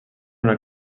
una